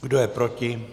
Kdo je proti?